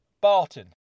Barton